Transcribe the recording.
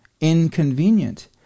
inconvenient